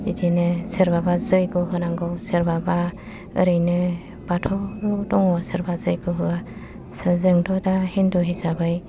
इदिनो सोरबाबा जैग' होनांगौ सोरबाबा ओरैनो बाथौ दङ सोरबा जैग' होया जोंथ' दा हिन्दु हिसाबै